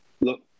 look